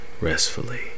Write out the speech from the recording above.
restfully